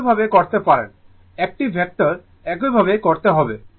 একইভাবে করতে পারেন একটি ভেক্টরে একইভাবে করতে হবে